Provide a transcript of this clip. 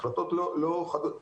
החלטות לא ישנות,